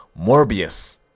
Morbius